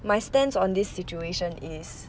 my stance on this situation is